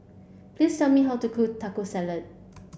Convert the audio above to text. please tell me how to cook Taco Salad